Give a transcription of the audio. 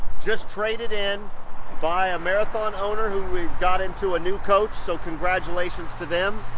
just traded in by a marathon owner who we've got into a new coach, so congratulations to them.